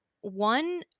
one